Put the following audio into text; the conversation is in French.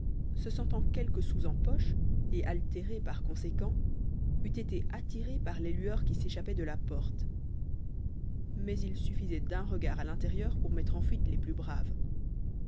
se sentant quelques sous en poche et altéré par conséquent eût été attiré par les lueurs qui s'échappaient de la porte mais il suffisait d'un regard à l'intérieur pour mettre en fuite les plus braves